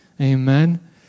Amen